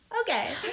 okay